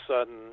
sudden